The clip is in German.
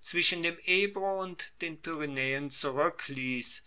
zwischen dem ebro und den pyrenaeen zurueckliess